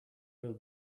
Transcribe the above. will